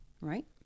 Right